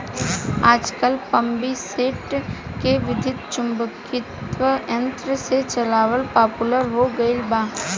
आजकल पम्पींगसेट के विद्युत्चुम्बकत्व यंत्र से चलावल पॉपुलर हो गईल बा